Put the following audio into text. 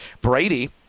Brady